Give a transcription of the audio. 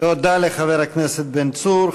תודה לחבר הכנסת בן צור.